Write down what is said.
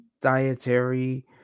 dietary